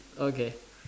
okay